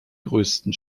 größten